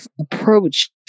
approach